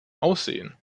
aussehen